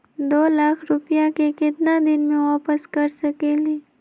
दो लाख रुपया के केतना दिन में वापस कर सकेली?